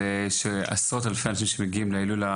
ואחרי עשרות אלפי אנשים שמגיעים להילולה,